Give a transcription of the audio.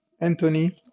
Anthony